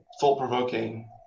thought-provoking